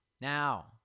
Now